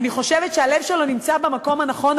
אני חושבת שהלב שלו נמצא במקום הנכון,